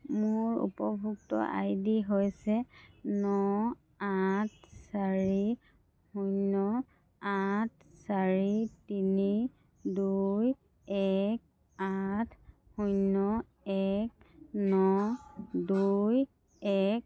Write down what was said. মোৰ উপভোক্তা আইডি হৈছে ন আঠ চাৰি শূন্য আঠ চাৰি তিনি দুই এক আঠ শূন্য এক ন দুই এক